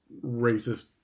racist